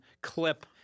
clip